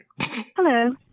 Hello